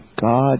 God